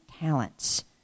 talents